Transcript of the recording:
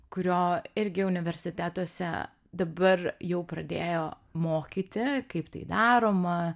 kurio irgi universitetuose dabar jau pradėjo mokyti kaip tai daroma